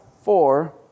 Four